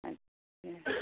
अच्छा